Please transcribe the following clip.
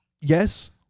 Yes